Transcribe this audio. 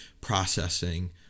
processing